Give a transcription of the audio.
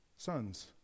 sons